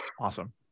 Awesome